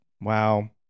Wow